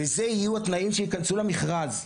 וזה יהיו התנאים שייכנסו למכרז,